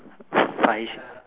five